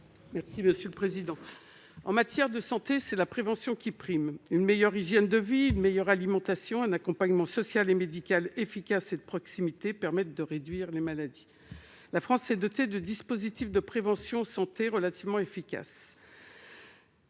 Mme Raymonde Poncet Monge. En matière de santé, c'est la prévention qui prime. Une meilleure hygiène de vie, une meilleure alimentation, un accompagnement social et médical efficace et de proximité permettent de réduire les maladies. La France s'est dotée de dispositifs de prévention en santé relativement efficaces.